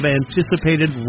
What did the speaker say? anticipated